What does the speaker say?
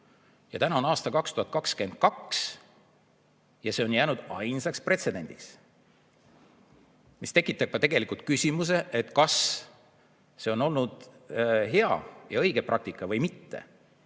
ja täna on aasta 2022, aga see on jäänud pretsedendiks. See tekitab ka küsimuse, kas see on olnud hea ja õige praktika või mitte.